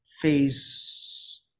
phase